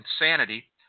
insanity